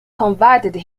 converted